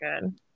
good